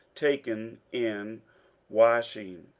taken in washing,